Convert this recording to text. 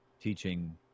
teaching